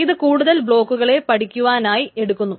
അത് കൂടുതൽ ബ്ലോക്കുകളെ പഠിക്കുവാനായി എടുക്കുന്നു